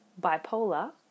bipolar